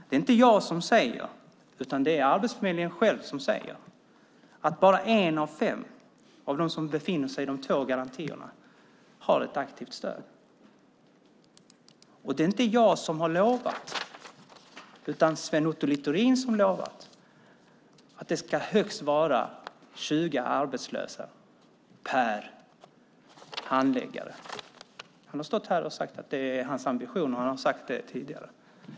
Det är inte jag utan Arbetsförmedlingen som säger att bara en av fem av dem som befinner sig i de två garantierna har ett aktivt stöd. Och det är inte jag utan Sven Otto Littorin som har lovat att det högst ska vara 20 arbetslösa per handläggare. Han har stått här och sagt att det är hans ambition; han har sagt det tidigare också.